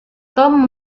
tom